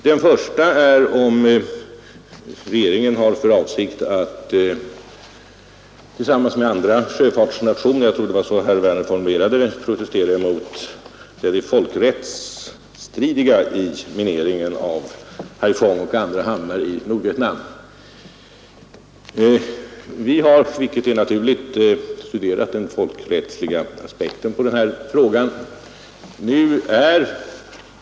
Den första är om regeringen har för avsikt att tillsammans med andra sjöfartsnationer protestera mot den folkrättsvidriga mineringen av Haiphong och andra hamnar i Nordvietnam såsom stridande mot folkrätten. Vi har, vilket är naturligt, studerat den folkrättsliga aspekten på denna fråga.